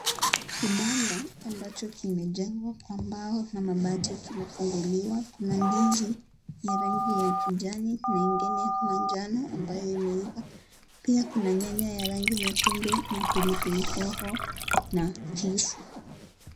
Kibanda ambacho kimejengwa kwa mbao na mabati kimefunguliwa, kuna ndizi ya rangi ya kijani na ingine ya manjano amabyo imeiva, pia kuna nyanya ya rangi nyekundu na pilipili hoho na kisu.